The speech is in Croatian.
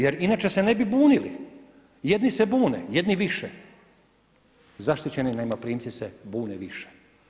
Jer inače se ne bi bunili, jedni se bune, jedni više, zaštićeni najmoprimci se bune više.